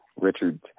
Richard